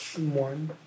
One